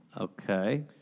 Okay